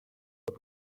pod